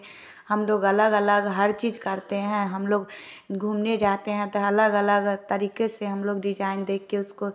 हम लोग अलग अलग हर चीज़ करते है हम लोग घूमने जाते है तो अलग अलग तरीके से डिजाईन दे कर उसको